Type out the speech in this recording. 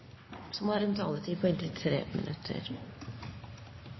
ordet, har en taletid på inntil 3 minutter.